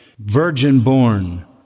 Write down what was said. virgin-born